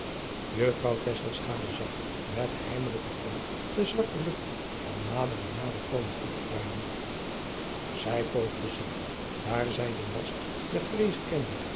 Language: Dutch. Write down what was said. tesselschade zag met heimelijken kommer de zwarte lucht al nader en nader komen opkruijen zij poogde zich daar zij den last der vreeze kende